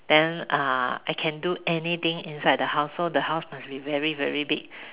then uh I can do anything inside the house so the house must be very very big